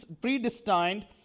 predestined